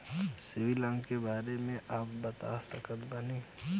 CIBIL अंक के बारे मे का आप बता सकत बानी?